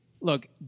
look